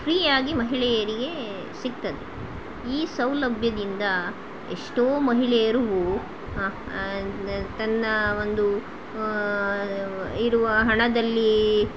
ಫ್ರೀಯಾಗಿ ಮಹಿಳೆಯರಿಗೆ ಸಿಗ್ತದೆ ಈ ಸೌಲಭ್ಯದಿಂದ ಎಷ್ಟೋ ಮಹಿಳೆಯರು ತನ್ನ ಒಂದು ಇರುವ ಹಣದಲ್ಲಿ